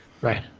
Right